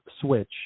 Switch